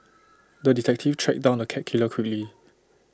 the detective tracked down the cat killer quickly